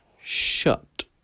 Shut